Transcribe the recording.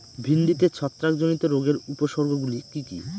ভিন্ডিতে ছত্রাক জনিত রোগের উপসর্গ গুলি কি কী?